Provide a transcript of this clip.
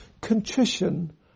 contrition